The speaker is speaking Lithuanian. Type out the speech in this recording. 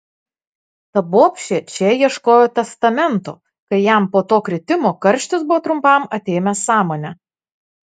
ta bobšė čia ieškojo testamento kai jam po to kritimo karštis buvo trumpam atėmęs sąmonę